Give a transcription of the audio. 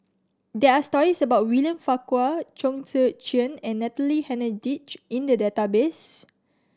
there are stories about William Farquhar Chong Tze Chien and Natalie Hennedige in the database